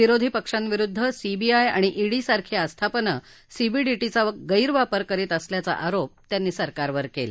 विरोधी पक्षांविरुद्ध सीबीआय आणि ईडी सारखी आस्थापनं सीबीडीटीचा गैरवापर करीत असल्याचा आरोप त्यांनी सरकारवर केला